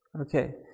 Okay